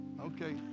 Okay